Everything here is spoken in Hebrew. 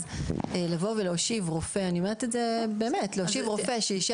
אז לבוא ולהושיב רופא אני אומרת את זה באמת רוב